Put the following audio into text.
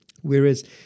Whereas